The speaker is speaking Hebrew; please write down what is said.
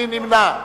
מי נמנע?